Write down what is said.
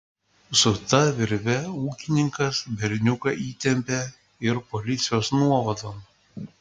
su ta virve ūkininkas berniuką įtempė ir policijos nuovadon